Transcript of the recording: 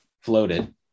floated